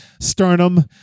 sternum